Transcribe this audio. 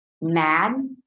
mad